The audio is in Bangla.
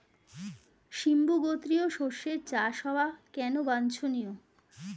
সিম্বু গোত্রীয় শস্যের চাষ হওয়া কেন বাঞ্ছনীয়?